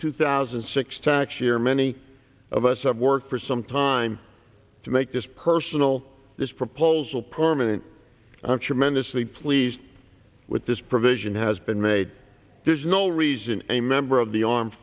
two thousand and six tax year many of us have worked for some time to make this personal this proposal permanent i'm tremendously pleased with this provision has been made there's no reason a member of the armed